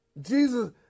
Jesus